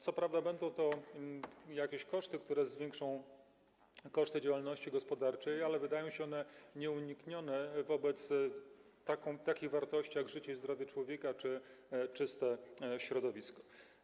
Co prawda będą to jakieś wydatki, które zwiększą koszty działalności gospodarczej, ale wydają się one nieuniknione wobec takich wartości, jak życie i zdrowie człowieka czy czyste środowisko.